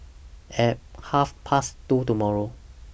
At Half Past two tomorrow